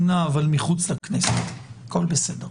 הבריאות באמצעות ה-זום.